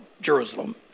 Jerusalem